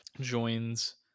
joins